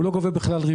לא גובה ריבית.